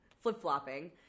flip-flopping